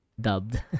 dubbed